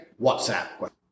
WhatsApp